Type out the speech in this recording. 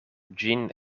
ĝin